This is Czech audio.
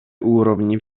úrovni